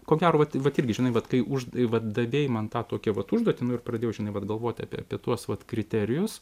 ko gero vat vat irgi žinai va kai už vat davei man tą tokią vat užduotį nu ir pradėjau žinai vat galvoti apie tuos vat kriterijus